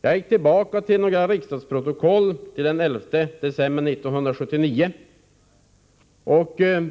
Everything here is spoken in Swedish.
Jag gick tillbaka till riksdagsprotokollet från den 11 december 1979.